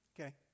Okay